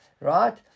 right